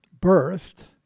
birthed